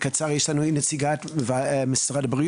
קיבלנו טלפונים גם מהאיגוד, גם מהמשרד.